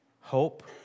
hope